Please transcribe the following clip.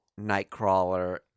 Nightcrawler